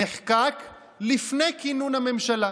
נחקק לפני כינון הממשלה,